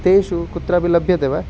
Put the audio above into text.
तेषु कुत्रापि लभ्यते वा